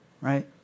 right